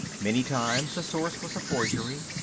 many times the source was a forgery.